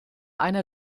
einer